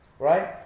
Right